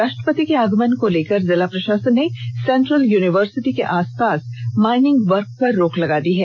राष्ट्रपति के आगमन को लेकर जिला प्रषासन ने सेंट्रल यूनिवर्सिटी के आसपास माइनिंग वर्क पर रोक लगा दी है